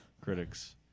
Critics